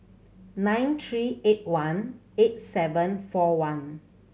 nine three eight one eight seven four one